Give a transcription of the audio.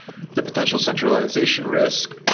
the potential centralization risk,